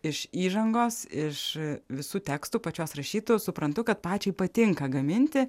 iš įžangos iš visų tekstų pačios rašytų suprantu kad pačiai patinka gaminti